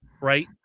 right